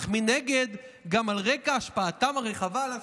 אך מנגד גם על רקע השפעתם הרחבה על הסביבה,